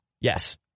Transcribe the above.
Yes